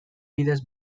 bidez